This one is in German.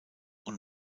und